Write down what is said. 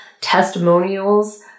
testimonials